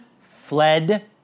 fled